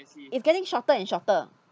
it getting shorter and shorter